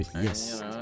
Yes